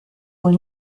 wohl